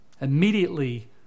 immediately